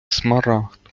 смарагд